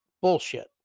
bullshit